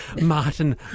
Martin